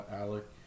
Alec